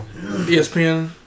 ESPN